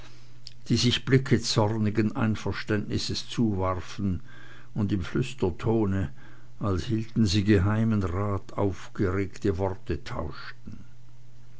die sich blicke zornigen einverständnisses zuwarfen und im flüstertone als hielten sie geheimen rat aufgeregte worte tauschten